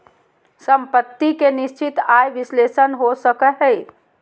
सम्पत्ति के निश्चित आय विश्लेषण हो सको हय